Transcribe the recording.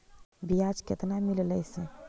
बियाज केतना मिललय से?